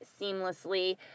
seamlessly